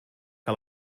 que